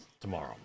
tomorrow